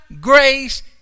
grace